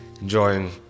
enjoying